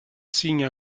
signent